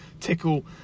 tickle